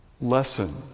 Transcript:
lesson